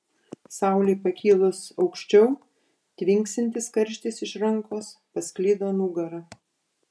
saulei pakilus auščiau tvinksintis karštis iš rankos pasklido nugara